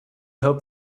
hoped